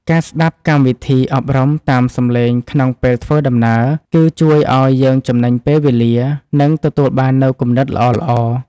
ការស្ដាប់កម្មវិធីអប់រំតាមសម្លេងក្នុងពេលធ្វើដំណើរ គឺ ជួយឱ្យយើងចំណេញពេលវេលា និង ទទួលបាននូវគំនិតល្អៗ។